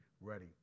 ready